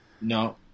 no